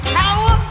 power